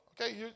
Okay